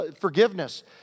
forgiveness